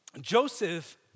Joseph